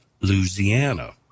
Louisiana